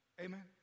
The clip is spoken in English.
Amen